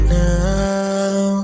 now